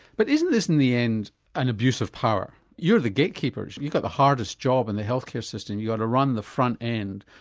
but isn't this in the end an abuse of power, you're the gate keepers you've got the hardest job in the health care system, you've got to run the front end,